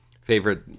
favorite